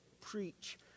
preach